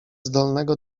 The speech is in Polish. zdolnego